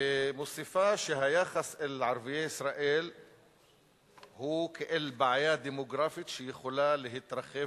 היא מוסיפה שהיחס אל ערביי ישראל הוא כאל בעיה דמוגרפית שיכולה להתרחב